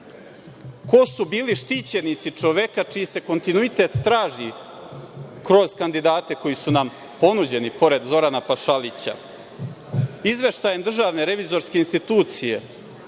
ko su bili štićenici čoveka čiji se kontinuitet traži kroz kandidate koji su nam ponuđeni pored Zorana Pašalića. Izveštajem DRI vezano za Čajetinu,